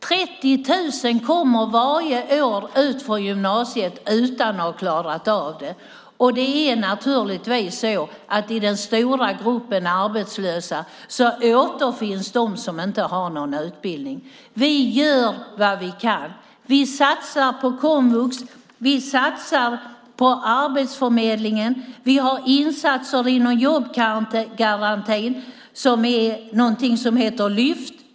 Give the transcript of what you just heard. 30 000 kommer varje år ut från gymnasiet utan att ha klarat av det. I den stora gruppen arbetslösa återfinns naturligtvis de som inte har någon utbildning. Vi gör vad vi kan. Vi satsar på komvux och på Arbetsförmedlingen. Vi har insatser inom jobbgarantin, bland annat något som heter Lyft.